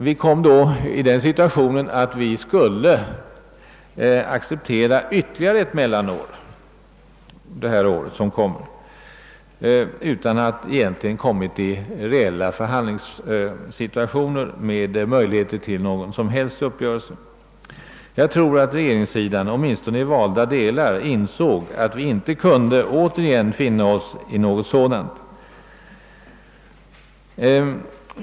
Vi kom då i den situationen att vi skulle tvingas acceptera ytterligare ett mellanår — det år som kommer — utan att egentligen ha kommit i reell förhandlingssituation med möjlighet till någon som helst uppgörelse. Jag tror att utredningens regeringssida insåg att vi inte återigen kunde finna oss i något sådant.